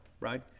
right